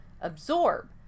absorb